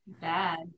bad